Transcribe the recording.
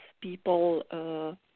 people